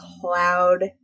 cloud